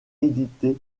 édité